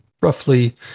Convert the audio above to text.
roughly